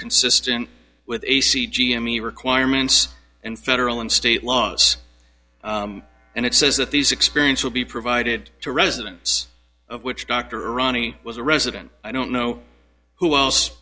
consistent with a c g m e requirements and federal and state laws and it says that these experience will be provided to residents of which dr rani was a resident i don't know who else